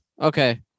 Okay